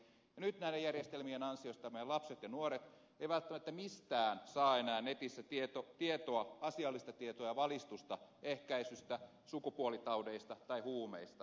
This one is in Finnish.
nyt näiden järjestelmien ansiosta meidän lapset ja nuoret eivät välttämättä mistään saa enää netissä tietoa asiallista tietoa ja valistusta ehkäisystä sukupuolitaudeista tai huumeista